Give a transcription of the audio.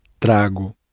trago